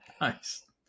Nice